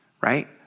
right